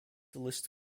list